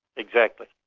exactly.